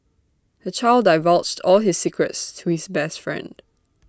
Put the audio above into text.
the child divulged all his secrets to his best friend